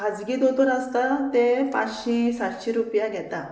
खाजगी दोतोर आसता ते पांचशीं सातशीं रुपया घेता